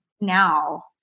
now